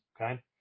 Okay